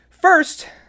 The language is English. first